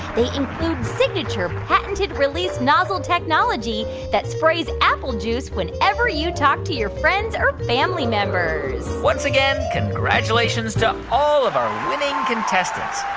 they include signature patented released nozzle technology that sprays apple juice whenever you talk to your friends or family members once again, congratulations to all of our winning contestants.